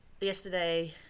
yesterday